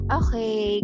okay